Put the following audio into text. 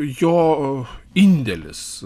jo indėlis